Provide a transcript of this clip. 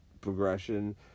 progression